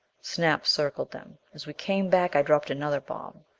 snap circled them. as we came back i dropped another bomb.